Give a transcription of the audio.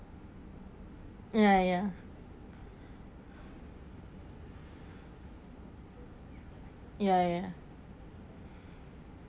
ya ya ya ya